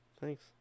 Thanks